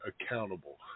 accountable